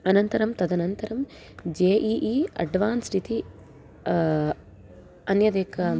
अनन्तरं तदनन्तरं J E E advanced इति अन्यदेकम्